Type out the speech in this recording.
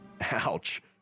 Ouch